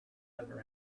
other